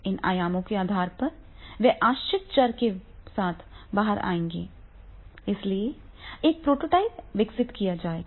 इन आयामों के आधार पर वे आश्रित चर के साथ बाहर आएंगे इसलिए एक प्रोटोटाइप विकसित किया जाएगा